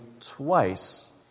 twice